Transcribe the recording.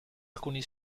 alcuni